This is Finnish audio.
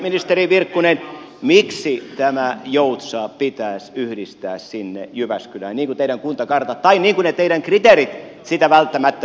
ministeri virkkunen miksi tämä joutsa pitäisi yhdistää sinne jyväskylään niin kuin teidän kuntakarttanne tai niin kuin ne teidän kriteerinne sitä välttämättä veisivät